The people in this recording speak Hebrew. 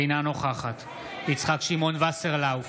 אינה נוכחת יצחק שמעון וסרלאוף,